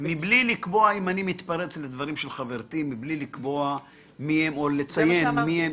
מבלי לציין מי הלקוחות.